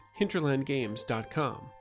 hinterlandgames.com